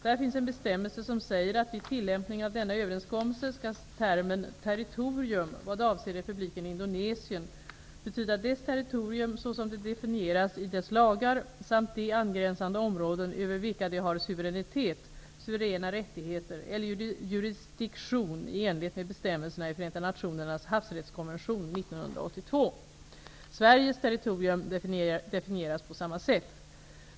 Där finns en bestämmelse som säger att vid tillämpningen av denna överenskommelse skall termen ''territorium'', vad avser republiken Indonesien, betyda dess territorium så som det definieras i dess lagar samt de angränsande områden över vilka det har suveränitet, suveräna rättigheter eller jurisdiktion i enlighet med bestämmelserna i Förenta nationernas havsrättskonvention 1982. Sveriges territorium definieras på samma sätt.